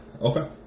Okay